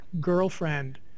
girlfriend